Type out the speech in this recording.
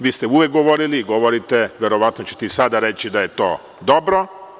Vi ste uvek govorili, govorite i verovatno ćete i sada reći da je to dobro.